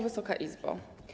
Wysoka Izbo!